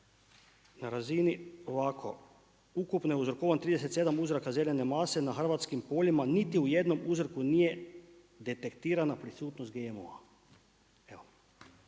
na razini ovako, ukupno uzrokovan 37 uzoraka zeljane mase na hrvatskim poljima. Niti u jednom uzorku nije detektirana prisutnost GMO-a.